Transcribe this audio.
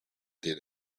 did